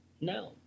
No